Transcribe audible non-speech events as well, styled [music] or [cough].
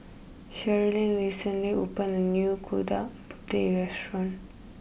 Shirlene recently opened a new [unintelligible] Putih restaurant